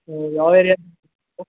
ಹ್ಞೂ ಯಾವ ಏರಿಯಾ